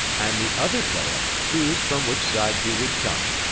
and the other player choose from which side he would come.